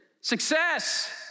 success